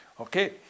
Okay